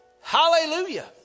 Hallelujah